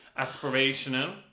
aspirational